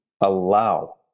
allow